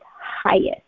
highest